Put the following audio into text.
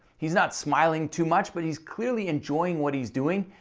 he's not smiling too much, but he's clearly enjoying what he's doing,